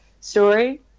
story